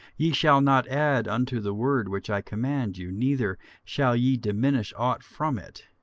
ye shall not add unto the word which i command you, neither shall ye diminish ought from it,